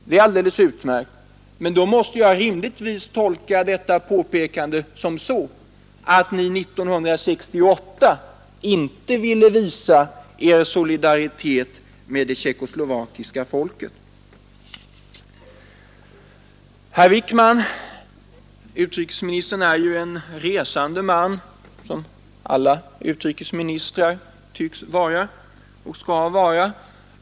Det är alldeles utmärkt, men då måste jag rimligtvis tolka påståendet så att ni 1968 inte ville visa er solidaritet med det tjeckoslovakiska folket. Utrikesminister Wickman är ju en resande man som alla utrikesministrar tycks vara och skall vara.